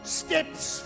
steps